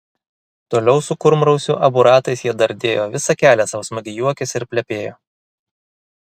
toliau su kurmrausiu abu ratais jie dardėjo visą kelią sau smagiai juokėsi ir plepėjo